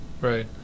Right